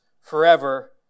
forever